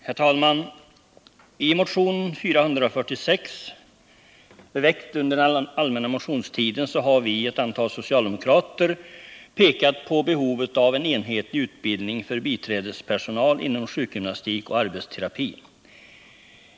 Herr talman! I motion 446, väckt under allmänna motionstiden, har vi, ett antal socialdemokrater, pekat på behovet av en enhetlig utbildning för biträdespersonal inom sjukgymnastik och arbetsterapi.